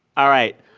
all right.